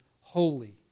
holy